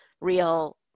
real